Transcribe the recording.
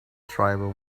tribal